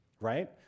right